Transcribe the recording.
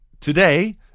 Today